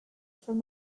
from